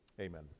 Amen